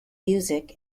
music